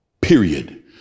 period